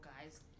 guys